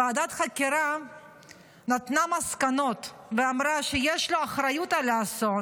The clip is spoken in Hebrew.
ועדת חקירה נתנה מסקנות ואמרה שיש לו אחריות על האסון,